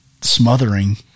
smothering